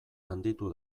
handitu